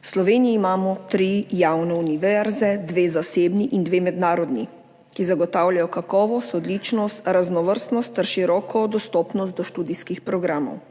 V Sloveniji imamo tri javne univerze, dve zasebni in dve mednarodni, ki zagotavljajo kakovost, odličnost, raznovrstnost ter široko dostopnost do študijskih programov.